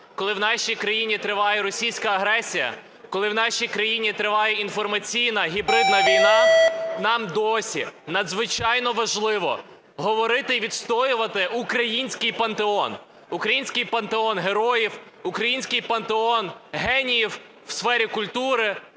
коли в нашій країні триває російська агресія, коли в нашій країні триває інформаційна гібридна війна, нам досі надзвичайно важливо говорити і відстоювати український пантеон. Український пантеон героїв, український пантеон геніїв в сфері культури,